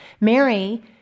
Mary